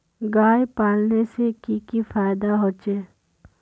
गाय पालने से की की फायदा होचे?